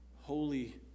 Holy